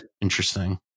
Interesting